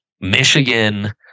Michigan